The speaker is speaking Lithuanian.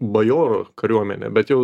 bajorų kariuomenė bet jau